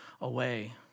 away